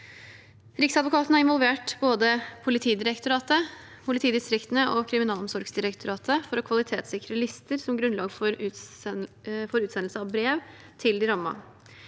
Riksadvokaten har involvert både Politidirektoratet, politidistriktene og Kriminalomsorgsdirektoratet for å kvalitetssikre lister som grunnlag for utsendelse av brev til de rammede.